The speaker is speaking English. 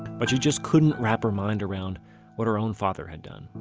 but she just couldn't wrap her mind around what her own father had done.